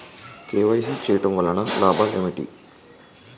KYC చేయటం వలన లాభాలు ఏమిటి?